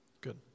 good